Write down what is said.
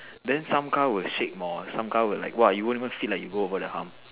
then some car will shake more some car will like !wah! you won't even feel like you go over the hump